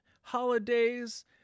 holidays